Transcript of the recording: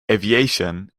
aviation